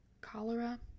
cholera